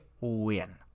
win